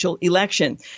Election